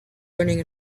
learning